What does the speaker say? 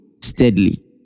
steadily